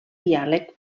diàleg